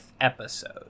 episode